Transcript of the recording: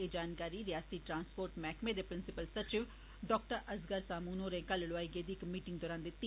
एह् जानकारी रिआसती ट्रांसपोर्ट मैहकमे दे प्रिंसिपल सचिव डाक्टर असगर समून होरें कल लोआई गेदी इक मीटिंग दौरान दित्ती